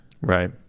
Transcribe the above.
Right